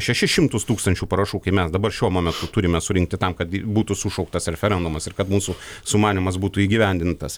šešis šimtus tūkstančių parašų kai mes dabar šiuo momentu turime surinkti tam kad būtų sušauktas referendumas ir kad mūsų sumanymas būtų įgyvendintas